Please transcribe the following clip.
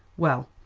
well,